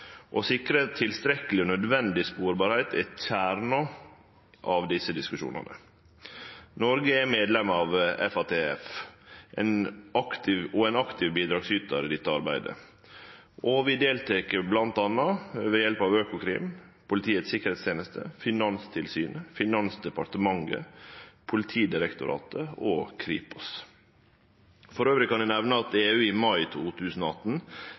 desse diskusjonane. Noreg er medlem av FATF og bidreg aktivt i dette arbeidet. Vi deltek bl.a. ved hjelp av Økokrim, Politiets sikkerhetstjeneste, Finanstilsynet, Finansdepartementet, Politidirektoratet og Kripos. Elles kan eg nemne at EU i mai 2018